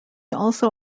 also